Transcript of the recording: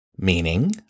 Meaning